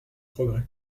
progrès